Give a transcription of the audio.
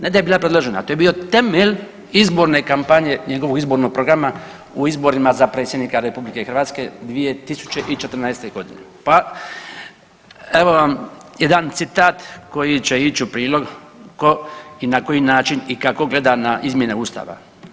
Ne da je bila predložena, to je bio temelj izborne kampanje i njegovog izvornog programa u izborima za predsjednika RH 2014. g. pa evo vam jedan citat koji će ići u prilog tko i na koji način i kako gleda na izmjene Ustava.